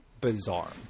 bizarre